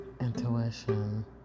intuition